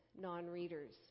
non-readers